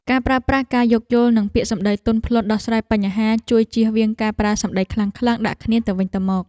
ការប្រើប្រាស់ការយោគយល់និងពាក្យសម្តីទន់ភ្លន់ដោះស្រាយបញ្ហាជួយជៀសវាងការប្រើសម្តីខ្លាំងៗដាក់គ្នាទៅវិញទៅមក។